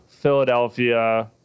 philadelphia